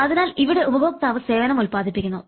അതിനാൽ ഇവിടെ ഉപഭോക്താവ് സേവനം ഉത്പാദിപ്പിക്കുന്നു